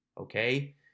Okay